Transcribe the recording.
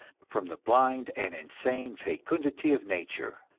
from the blind and insane fecundity of nature,